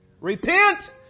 Repent